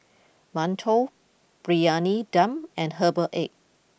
Mantou Briyani Dum and Herbal Egg